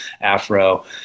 Afro